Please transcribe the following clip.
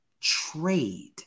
trade